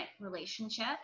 relationship